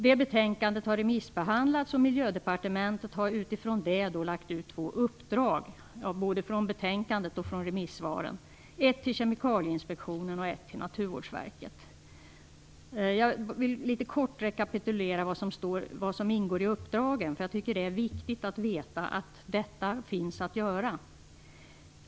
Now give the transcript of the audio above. Det betänkandet har remissbehandlats och Miljödepartementet har utifrån betänkandet och remissvaren lagt ut två uppdrag, ett till Kemikalieinspektionen och ett till Naturvårdsverket. Jag vill litet kort rekapitulera vad som ingår i uppdragen. Jag tycker att det är viktigt att veta att detta finns att göra.